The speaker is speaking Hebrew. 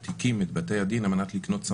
הטוענים הרבניים על מצב שלטענתם הוא